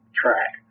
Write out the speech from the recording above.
track